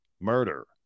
murder